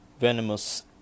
venomous